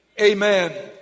amen